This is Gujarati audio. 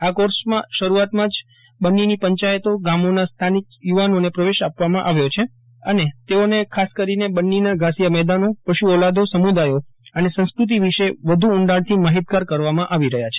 આ કોર્સમાં શરૂઆતમાં બન્નીની પંચાયતો ગામોના સ્થાનિક યુંવાનોને પ્રવેશ આપવામાં આવ્યો છે અને તેઓને ખાસ કરીને બન્નીના ધાસિયા મેદાનો પશુ ઓલાદો સમુદાથો અને સંસ્ક્રતિ વિશે વધુ ઊંડાણથી માહિતગાર કરવામાં આવી રહ્યા છે